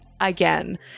again